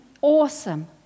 awesome